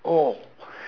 all